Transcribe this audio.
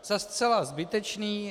Za zcela zbytečný.